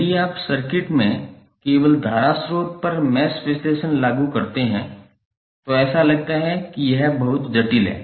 यदि आप सर्किट में केवल धारा स्रोत पर मैश विश्लेषण लागू करते हैं तो ऐसा लगता है कि यह बहुत जटिल है